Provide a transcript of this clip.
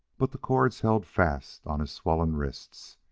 but the cords held fast on his swollen wrists.